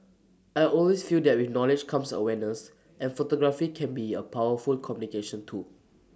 I always feel that with knowledge comes awareness and photography can be A powerful communication tool